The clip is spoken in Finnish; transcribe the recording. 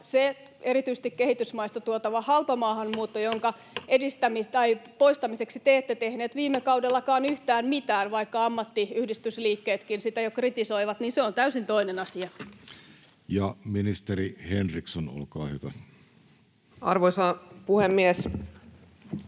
se erityisesti kehitysmaista tuotava halpamaahanmuutto, jonka poistamiseksi te ette tehneet viime kaudellakaan yhtään mitään, vaikka ammattiyhdistysliikkeetkin sitä jo kritisoivat, on täysin toinen asia. [Speech 86] Speaker: Jussi